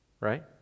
right